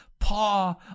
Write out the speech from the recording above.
paw